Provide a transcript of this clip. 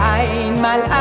einmal